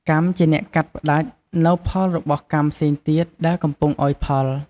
កម្មជាអ្នកកាត់ផ្តាច់នូវផលរបស់កម្មផ្សេងទៀតដែលកំពុងឲ្យផល។